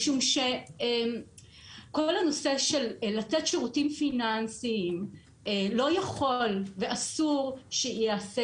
משום שכל הנושא של לתת שירותים פיננסיים לא יכול ואסור שייעשה